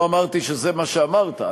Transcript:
לא אמרתי שזה מה שאמרת.